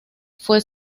fue